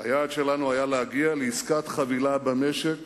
היעד שלנו היה להגיע לעסקת חבילה במשק